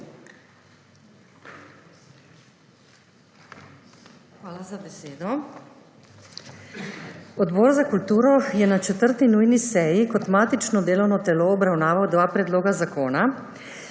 Hvala za besedo. Odbor za kulturo je na 4. nujni seji kot matično delovno telo obravnaval dva predloga zakona,